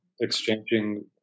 exchanging